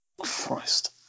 Christ